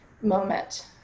moment